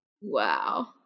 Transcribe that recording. Wow